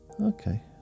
Okay